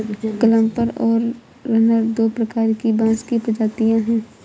clumper और runner दो प्रकार की बाँस की प्रजातियाँ हैं